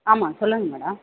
ஆமாம் சொல்லுங்க மேடம்